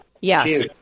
Yes